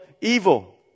evil